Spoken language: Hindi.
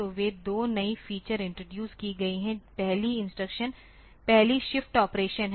तो वे 2 नई फीचर इंट्रोडूस की गई हैं पहली शिफ्ट ऑपरेशन है